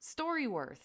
StoryWorth